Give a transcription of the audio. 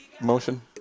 motion